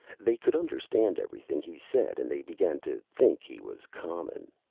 they could understand everything he said, and they began to think he was common.